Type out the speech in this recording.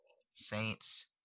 Saints